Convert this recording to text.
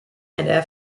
and